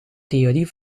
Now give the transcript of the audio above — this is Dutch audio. theorie